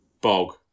Bog